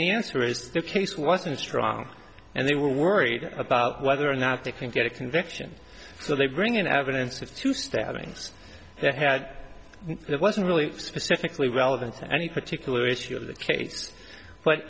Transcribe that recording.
only answer is the case wasn't strong and they were worried about whether or not they can get a conviction so they bring in evidence of two stabbings they had it wasn't really specifically relevant to any particular issue of the case but